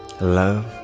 Love